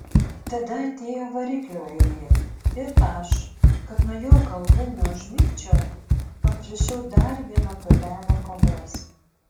tada atėjo variklio eilė ir aš kad nuo jo kalbų neužmigčiau paprašiau dar vieno puodelio kavos